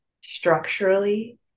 structurally